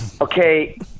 Okay